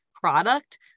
product